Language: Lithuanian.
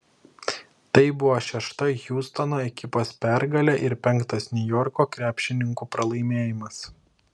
tai buvo šešta hjustono ekipos pergalė ir penktas niujorko krepšininkų pralaimėjimas